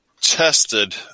tested